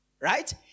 Right